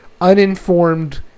uninformed